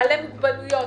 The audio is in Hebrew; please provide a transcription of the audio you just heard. בעלי מוגבלויות,